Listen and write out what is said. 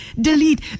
Delete